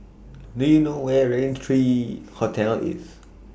Do YOU know Where IS Raintree Hotel IS